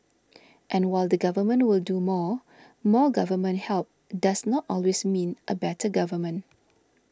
and while the Government will do more more government help does not always mean a better government